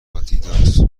آدیداس